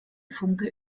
funke